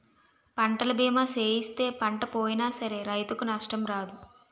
పంటల బీమా సేయిస్తే పంట పోయినా సరే రైతుకు నష్టం రాదు